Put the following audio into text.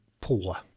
poor